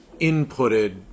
inputted